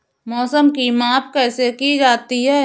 मौसम की माप कैसे की जाती है?